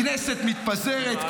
הכנסת מתפזרת,